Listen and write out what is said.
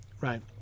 Right